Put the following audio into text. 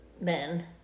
men